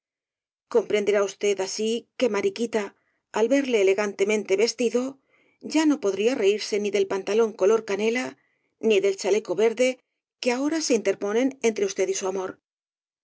comprenderá usted así que mariquita al verle elegantemente vestido ya no podría reírse ni del pantalón color canela ni del chaleco verde que ahora se interponen entre usted y su amor la